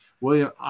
William